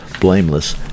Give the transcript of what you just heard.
blameless